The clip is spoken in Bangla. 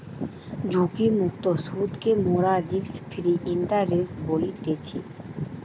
ঝুঁকিমুক্ত সুদকে মোরা রিস্ক ফ্রি ইন্টারেস্ট বলতেছি